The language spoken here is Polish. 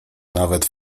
nawet